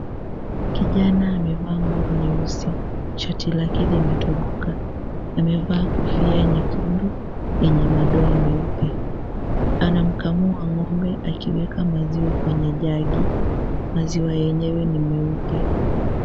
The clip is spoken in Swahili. Kijana amevaa nguo nyeusi shati lake limetoboka, amevaa kofia nyekundu yenye madoa meupe, anamkamua ng'ombe akiweka maziwa kwenye jagi, maziwa yenyewe ni meupe.